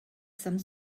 some